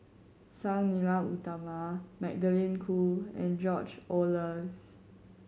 Sang Nila Utama Magdalene Khoo and George Oehlers